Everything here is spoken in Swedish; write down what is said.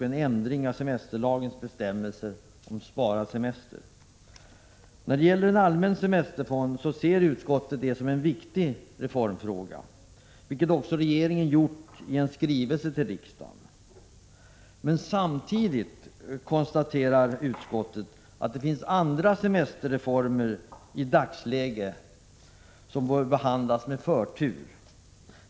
När det gäller allmän semesterfond ser utskottet detta som en viktig reform, vilket också regeringen gjort i en skrivelse till riksdagen. Men samtidigt konstaterar utskottet att det finns andra semesterformer i dagsläget som bör behandlas med förtur.